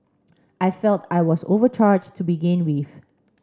I felt I was overcharged to begin with